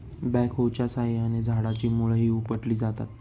बॅकहोच्या साहाय्याने झाडाची मुळंही उपटली जातात